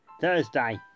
Thursday